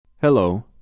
Hello